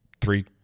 three